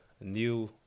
new